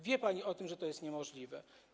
Wie pani o tym, że to jest niemożliwe.